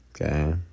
Okay